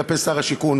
כלפי שר השיכון,